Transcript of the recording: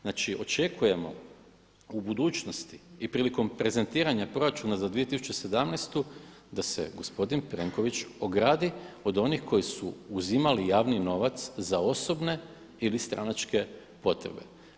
Znači očekujemo u budućnosti i prilikom prezentiranja proračuna za 2017. da se gospodin Plenković ogradi od onih koji su uzimali javni novac za osobne ili stranačke potrebe.